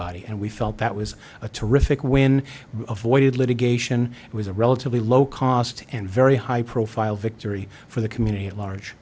everybody and we felt that was a terrific win avoided litigation it was a relatively low cost and very high profile victory for the community at large